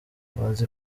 bazi